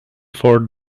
for